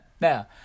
Now